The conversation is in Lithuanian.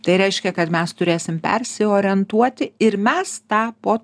tai reiškia kad mes turėsim persiorientuoti ir mes tą po